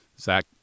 Zach